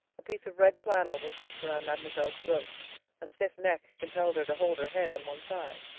a piece of red flannel was wrapped around mademoiselle's throat a stiff neck compelled her to hold her head on one side.